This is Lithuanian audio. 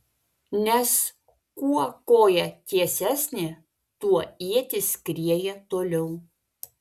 nes kuo koja tiesesnė tuo ietis skrieja toliau